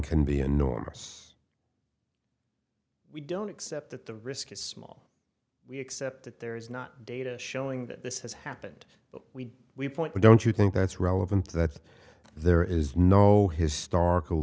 can be enormous we don't accept that the risk is small except that there is not data showing that this has happened we we point but don't you think that's relevant that there is no historical